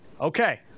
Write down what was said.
okay